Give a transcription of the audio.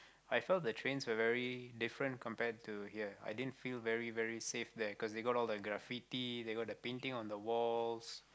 I felt the trains were very different compared to here i didn't feel very very safe there cause they've got all that graffiti they got the painting on the walls